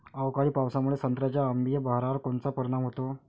अवकाळी पावसामुळे संत्र्याच्या अंबीया बहारावर कोनचा परिणाम होतो?